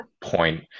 point